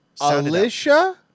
Alicia